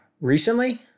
Recently